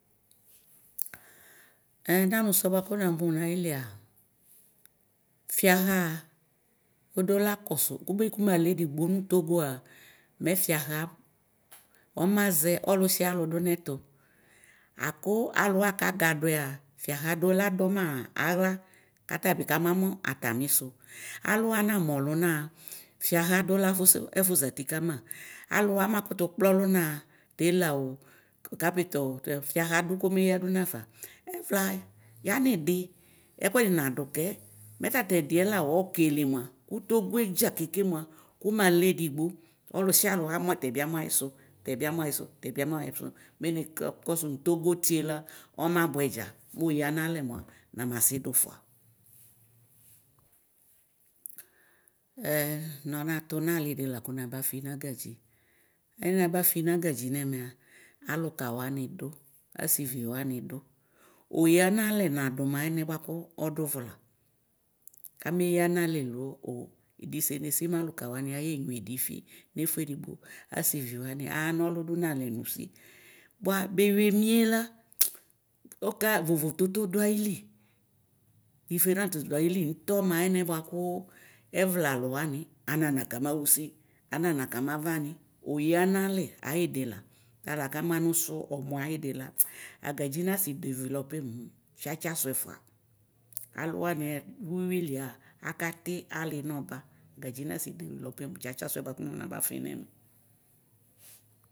nanʋ svɛ bvakʋ namʋ nayra fiaha odela kosokʋbi kuma lɛ edigboa nʋ togo mɛ fiaha ɔmaʒɛ ɔlisra ɔlʋ dʋnʋ ɛtʋ akʋ alʋwa kagadʋa fraha doladʋma aɣla kabi kama mʋ atamisʋ alʋ wa namʋ ɔlʋna fiaha dola fʋsʋ ɛfʋ ʒiti kama alʋ wa makʋtʋ kpla ɔlʋna tela o kapita o fiaha dʋ kʋmeyadʋ nafa ɛvlaa yanidi ɛkʋɛdi nadʋ ko me tatɛdiɛ la kɔkele mva kʋ togoe dʒa keke mva kʋmalɛ edigbo ɔlʋsia ɔlʋ amʋɛ tɛbi amo ayisʋ tɛbi amʋ ayisʋ tɛbi amʋ ayisʋ mɛ nakɔ togoti ela ɔma bʋɛ dʒa mʋe yamalɛ mʋa namasi dʋ fʋa ɛ ronatʋ nalidila bafinagadʒi ɛnaba fi nagadʒi nɛmɛa alʋka wani dʋ asivi wani dʋ oyanalɛ nadʋ anʋ anɛ ɔdʋvla kameyanalɛ lo o idisena esi mɛ alʋka wani yenyva edifi nefuedigbo asiviwanu analʋ dʋna lɛ nʋsi bʋabewi emiela ɔka vovo toto dʋ ayili diferat dʋ ayinʋtɔ nʋ ayɛnɛ bʋakʋ ɛvka alʋ wani anana kamaxʋsi anana kamarani oyanalɛ ayidi La talakamʋ anʋsʋ xɔmʋ ayidila agadʒi nasi develɔpe mʋ tsatsa sʋɛ fʋa alʋwaniɛ dʋ ʋwrlie akati ali nɔba agadʒi natsi develɔpɔ mʋ tsatsa sʋɛ bʋakʋ nɔ nabafi nɛmɛ.